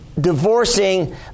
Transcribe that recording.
Divorcing